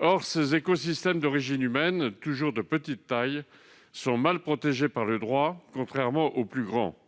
Or ces écosystèmes d'origine humaine, toujours de petite taille, sont mal protégés par le droit, contrairement aux plus grands.